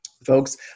Folks